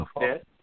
Yes